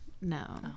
No